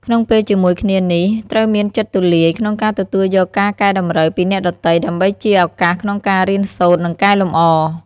ក្នុងពេលជាមួយគ្នានេះ ត្រូវមានចិត្តទូលាយក្នុងការទទួលយកការកែតម្រូវពីអ្នកដទៃ ដើម្បីជាឱកាសក្នុងការរៀនសូត្រ និងកែលម្អ។